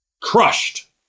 crushed